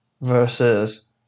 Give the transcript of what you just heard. versus